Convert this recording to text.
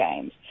games